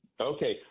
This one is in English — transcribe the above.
Okay